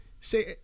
Say